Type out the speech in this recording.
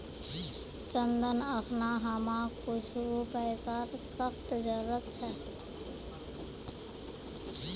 चंदन अखना हमाक कुछू पैसार सख्त जरूरत छ